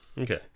Okay